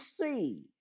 see